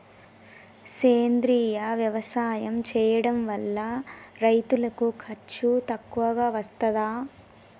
సేంద్రీయ వ్యవసాయం చేయడం వల్ల రైతులకు ఖర్చు తక్కువగా వస్తదా?